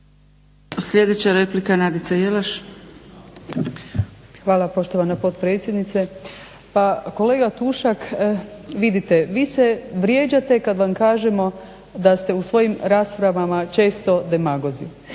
Jelaš. **Jelaš, Nadica (SDP)** Hvala poštovana potpredsjednice. Pa kolega Tušak, vidite, vi se vrijeđate kad vam kažemo da ste u svojim raspravama često demagozi,